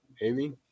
Amy